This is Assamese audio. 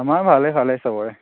আমাৰ ভালেই ভালেই চবৰে